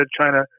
China